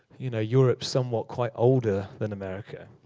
you know europe's somewhat quite older than america.